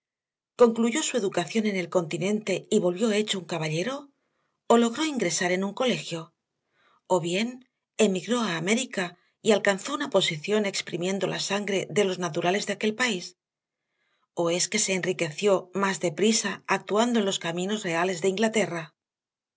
concluyó su educación en el continente y volvió hecho un caballero o logró ingresar en un colegio o bien emigró a américa y alcanzó una posición exprimiendo la sangre de los naturales de aquel país o es que se enriqueció más deprisa actuando en los caminos reales de inglaterra